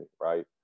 right